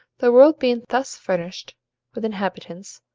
the world being thus furnished with inhabitants,